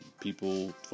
people